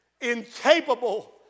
incapable